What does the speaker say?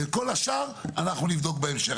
כל השאר, אנחנו נבדוק בהמשך.